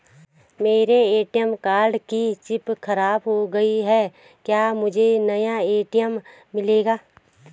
मेरे ATM card की chip खराब हो गयी है क्या मुझे नया ए.टी.एम मिलेगा?